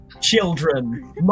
children